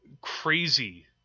crazy